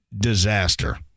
Disaster